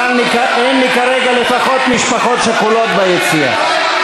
כאן לפחות אין לי כרגע משפחות שכולות ביציע.